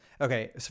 Okay